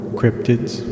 cryptids